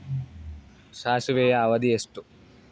ಸಾಸಿವೆಯ ಅವಧಿ ಎಷ್ಟು?